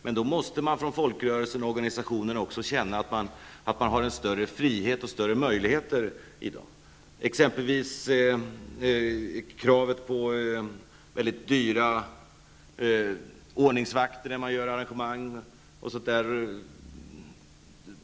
Men då måste folkrörelsen eller organisationen också känna att den har större frihet och större möjligheter än i dag.